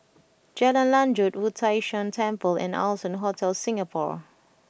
Jalan Lanjut Wu Tai Shan Temple and Allson Hotel Singapore